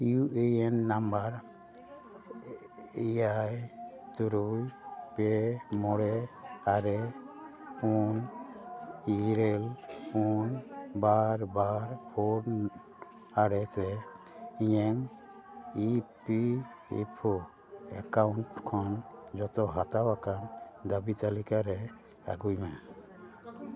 U A N number ᱮᱭᱟᱭ ᱛᱩᱨᱩᱭ ᱯᱮ ᱢᱚᱬᱮ ᱟᱨᱮ ᱯᱩᱱ ᱤᱨᱟᱹᱞ ᱯᱩᱱ ᱵᱟᱨ ᱵᱟᱨ ᱯᱷᱳᱨ ᱟᱨᱮᱛᱮ ᱤᱧᱟᱹᱜ E P F O account ᱠᱷᱚᱱ ᱡᱚᱛᱚ ᱦᱟᱛᱟᱣ ᱟᱠᱟᱱ ᱫᱟᱹᱵᱤ ᱛᱟᱹᱞᱤᱠᱟ ᱨᱮ ᱟᱹᱜᱩᱭ ᱢᱮ